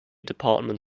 department